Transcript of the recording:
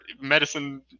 medicine